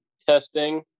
testing